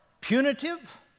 punitive